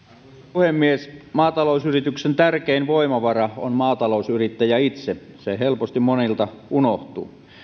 puhemies maatalousyrityksen tärkein voimavara on maatalousyrittäjä itse se helposti monilta unohtuu